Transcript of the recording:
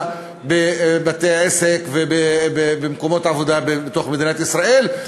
בבתי-העסק ובמקומות עבודה בתוך מדינת ישראל,